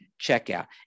checkout